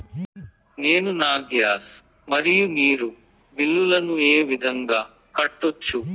నేను నా గ్యాస్, మరియు నీరు బిల్లులను ఏ విధంగా కట్టొచ్చు?